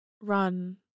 run